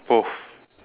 both